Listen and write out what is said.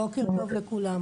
בוקר טוב לכולם,